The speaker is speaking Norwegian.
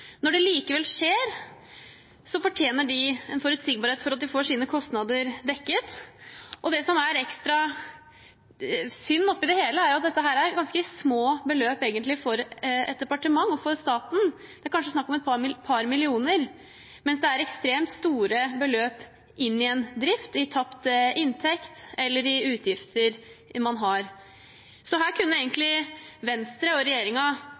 Når det likevel skjer, fortjener de forutsigbarhet for at de får sine kostnader dekket. Det som er ekstra synd oppi det hele, er at dette egentlig er ganske små beløp for et departement og for staten. Det er kanskje snakk om et par millioner. Men det er ekstremt store beløp i en drift – i tapte inntekter eller i utgifter man har. Her kunne egentlig Venstre og